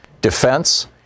defense